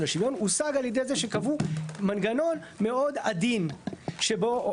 השוויון הושג על ידי זה שקבעו מנגנון מאוד עדין שאומר